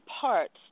parts